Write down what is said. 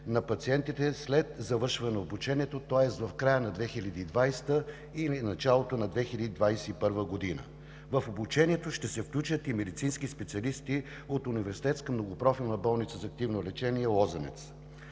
на пациентите след завършване на обучението, тоест в края на 2020 г. или началото на 2021 г. В обучението ще се включат и медицински специалисти от Университетска многопрофилна болница за активно лечение „Лозенец“.